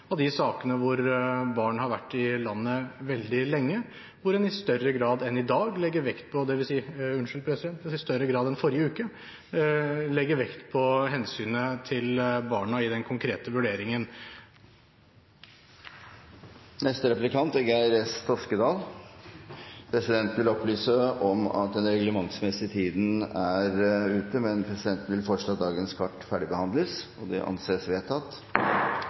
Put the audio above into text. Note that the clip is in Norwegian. av de sakene hvor barn har vært i landet veldig lenge, hvor en i større grad enn i dag – unnskyld – enn i forrige uke legger vekt på hensynet til barna i den konkrete vurderingen. Presidenten vil opplyse om at den reglementsmessige tiden for dagens møte er ute, men presidenten vil foreslå at møtet fortsetter til dagens kart er ferdigbehandlet. – Det anses vedtatt.